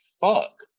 fuck